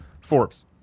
Forbes